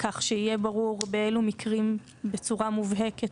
כך שיהיה ברור באילו מקרים בצורה מובהקת